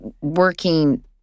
working